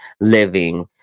living